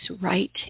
right